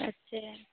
अच्छे